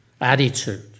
attitude